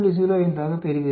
05 ஆகப் பெறுவீர்கள்